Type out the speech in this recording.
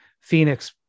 Phoenix